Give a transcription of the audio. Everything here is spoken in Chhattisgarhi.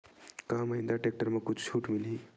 का महिंद्रा टेक्टर म कुछु छुट मिलही?